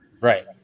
Right